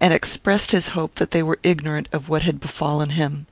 and expressed his hope that they were ignorant of what had befallen him.